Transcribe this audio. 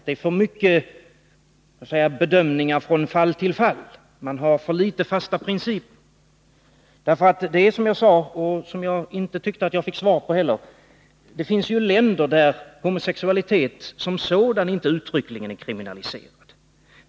Det är för mycket ”bedömningar från fall till fall” — man har för litet fasta principer. Som jag sade — och jag fick inte något svar på den frågan heller — finns det länder där homosexualitet som sådan inte uttryckligen är kriminaliserad.